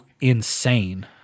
insane